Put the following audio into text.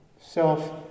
Self